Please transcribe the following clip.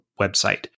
website